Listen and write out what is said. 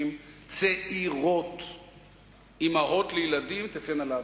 מאמין, איווט הוא רציני.